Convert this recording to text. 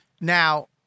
Now